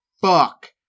fuck